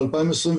ב- 2021,